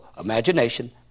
imagination